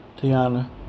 Tiana